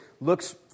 looks